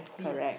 correct